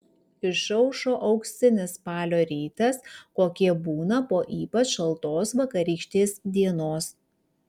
išaušo auksinis spalio rytas kokie būna po ypač šaltos vakarykštės dienos